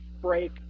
break